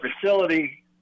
facility